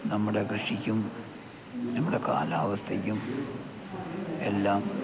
നമ്മുടെ കൃഷിക്കും നമ്മുടെ കാലാവസ്ഥക്കും എല്ലാം